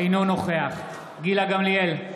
אינו נוכח גילה גמליאל,